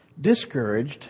discouraged